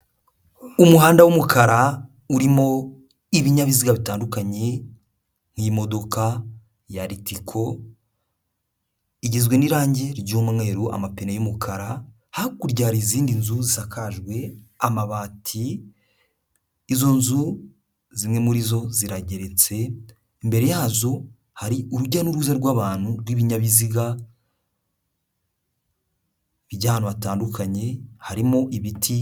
Umuhanda w'umukara, urimo ibinyabiziga bitandukanye nk'imodoka ya Ritco, igizwe n'irangi ry'umweru, amapine y'umukara, hakurya hari izindi nzu zisakajwe amabati, izo nzu zimwe muri zo zirageretse, imbere yazo hari urujya n'uruza rw'abantu, rw'ibinyabiziga bijya ahantu hatandukanye, harimo ibiti.